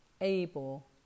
able